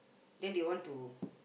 then they want to